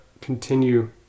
continue